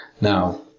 Now